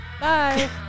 Bye